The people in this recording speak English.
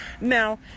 Now